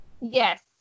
Yes